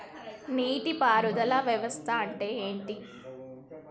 నీటి పారుదల వ్యవస్థ అంటే ఏంటి?